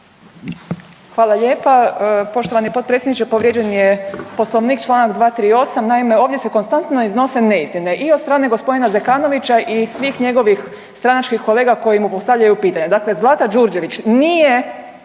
Hvala lijepa. Poštovani potpredsjedniče povrijeđen je Poslovnik, Članak 238., naime ovdje se konstantno iznose neistine i od strane gospodina Zekanovića i svih njegovih stranačkih kolega koji mu postavljaju pitanja. Dakle, Zlata Đurđević nije,